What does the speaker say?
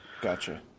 Gotcha